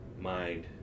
mind